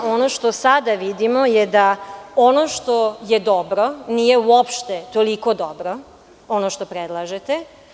Ono što sada vidimo je da ono što je dobro nije uopšte toliko dobro, ono što predlažete.